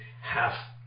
half